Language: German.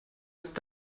ist